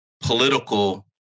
political